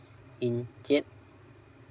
ᱤᱧ ᱪᱮᱫ